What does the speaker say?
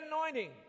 anointing